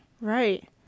Right